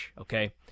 okay